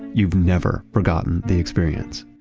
you've never forgotten the experience.